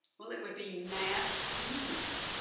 well, it would be mass media.